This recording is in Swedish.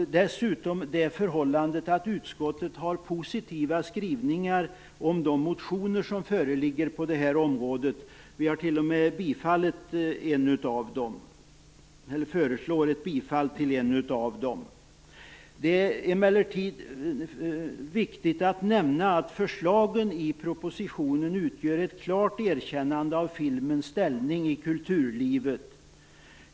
Dessutom har utskottet postitiva skrivningar om de motioner som föreligger på området. Vi har t.o.m. tillstyrkt en av dem. Det är emellertid viktigt att nämna att förslagen i propositionen utgör ett klart erkännande av filmens ställning i kulturlivet.